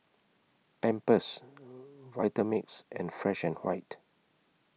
Pampers Vitamix and Fresh and White